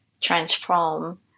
transform